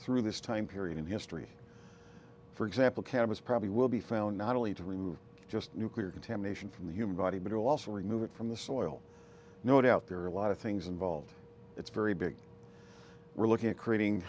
through this time period in history for example cannabis probably will be found not only to remove just nuclear contamination from the human body but also remove it from the soil no doubt there are a lot of things involved it's very big we're looking at creating